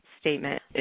statement